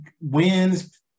wins